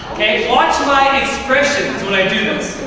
watch my expressions when i do this.